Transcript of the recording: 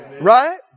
Right